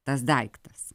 tas daiktas